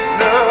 no